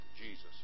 Jesus